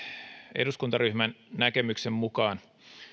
eduskuntaryhmän näkemyksen mukaan